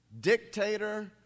dictator